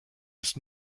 ist